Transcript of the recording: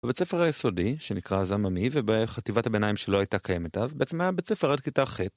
בבית ספר היסודי, שנקרא זממי, ובחטיבת הביניים שלא הייתה קיימת אז, בעצם היה בית ספר עד כיתה ח׳.